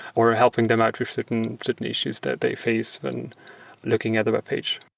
or helping them out with certain certain issues that they face when looking at the webpage.